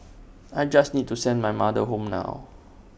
I just need to send my mother home now